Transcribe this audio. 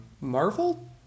Marvel